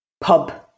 Pub